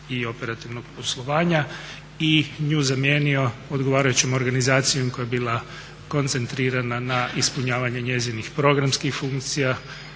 i operativnog poslovanja i nju zamijenio odgovarajućom organizacijom koja je bila koncentrirana na ispunjavanje njezinih programskih funkcija,